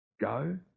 go